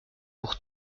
pour